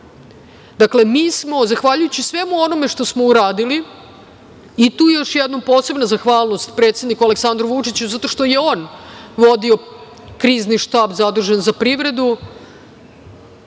Dakle, mi smo zahvaljujući svemu onome što smo uradili i tu još jednom posebna zahvalnost predsedniku Aleksandru Vučiću zato što je on vodio krizni štab zadužen za privredu,